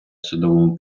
судовому